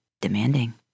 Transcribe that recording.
Demanding